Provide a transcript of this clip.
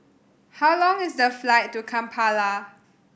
how long is the flight to Kampala